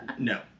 No